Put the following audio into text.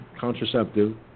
contraceptive